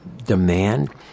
demand